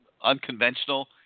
unconventional